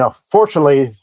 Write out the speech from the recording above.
ah fortunately,